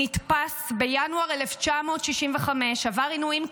נתפס בינואר 1965, עבר עינויים קשים,